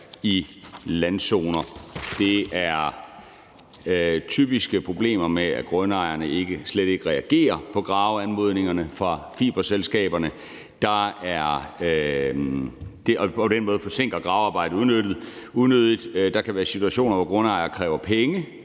i landzoner. Det er typisk problemer med, at grundejere slet ikke reagerer på graveanmodningerne fra fiberselskaberne og på den måde forsinker gravearbejdet unødigt. Der kan være situationer, hvor grundejere kræver penge